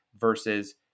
versus